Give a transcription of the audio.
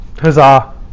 Huzzah